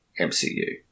MCU